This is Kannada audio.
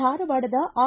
ಧಾರವಾಡದ ಆರ್